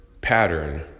pattern